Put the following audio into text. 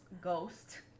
Ghost